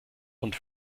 und